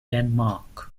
denmark